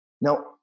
Now